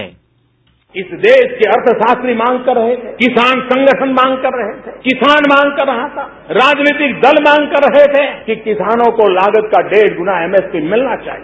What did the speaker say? sound bite इस देश के अर्थशास्त्री मांग कर रहे थे किसान संगठन मांग कर रहे थे किसान मांग कर रहा था राजनीतिक दल मांग कर रहे थे कि किसानों को लामों का डेढ गुना एमएसपी मिलना चाहिए